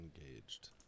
engaged